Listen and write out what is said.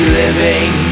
living